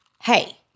hey